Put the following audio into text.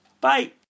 Bye